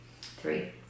Three